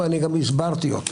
וגם הסברתי אותם.